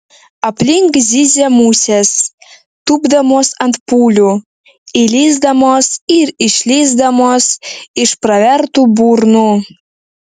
aplink zyzė musės tūpdamos ant pūlių įlįsdamos ir išlįsdamos iš pravertų burnų